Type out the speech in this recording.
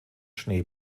schnee